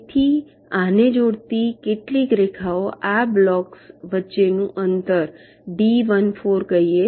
તેથી આને જોડતી કેટલી રેખાઓ આ બ્લોક્સ વચ્ચેનું અંતર ડી 14 કહીએ